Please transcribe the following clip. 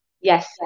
yes